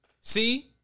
See